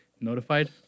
notified